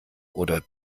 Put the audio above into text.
oder